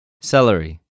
Celery